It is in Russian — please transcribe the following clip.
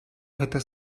это